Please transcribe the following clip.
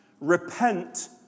Repent